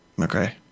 Okay